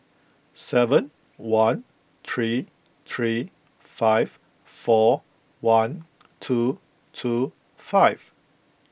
seven one three three five four one two two five